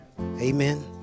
amen